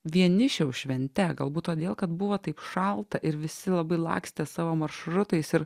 vienišiaus švente galbūt todėl kad buvo taip šalta ir visi labai lakstė savo maršrutais ir